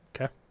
Okay